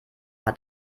hat